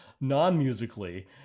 non-musically